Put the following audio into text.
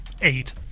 eight